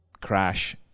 crash